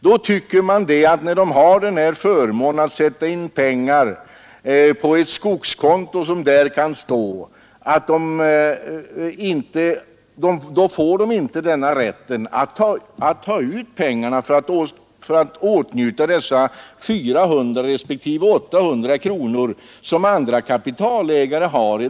Då tycker jag att när skogsägarna har förmånen att kunna sätta in pengar på skogskonto, så skall de inte ha rätt att ta ut pengarna och åtnjuta det schablonavdrag på 400 respektive 800 kronor som andra kapitalägare har.